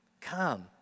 Come